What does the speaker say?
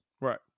Right